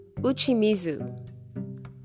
Uchimizu